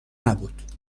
نبود